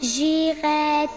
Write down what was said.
J'irai